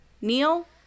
neil